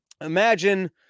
imagine